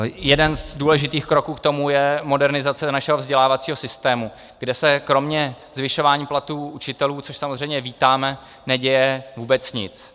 Jeden z důležitých kroků k tomu je modernizace našeho vzdělávacího systému, kde se kromě zvyšování platů učitelů, což samozřejmě vítáme, neděje vůbec nic.